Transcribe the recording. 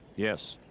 yes,